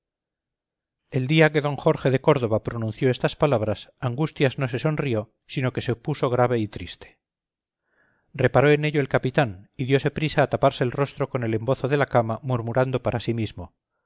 el día que d jorge de córdoba pronunció estas palabras angustias no se sonrió sino que se puso grave y triste reparó en ello el capitán y diose prisa a taparse el rostro con el embozo de la cama murmurando para sí mismo